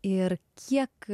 ir kiek